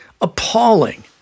appalling